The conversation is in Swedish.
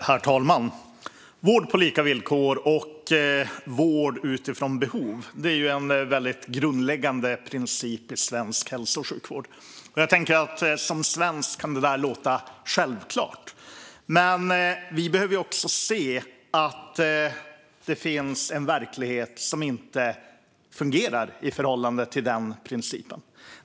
Herr talman! Vård på lika villkor och vård utifrån behov är en väldigt grundläggande princip i svensk hälso och sjukvård. För en svensk kan det låta självklart, men vi behöver också se att det finns en verklighet som inte fungerar i förhållande till den principen.